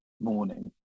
morning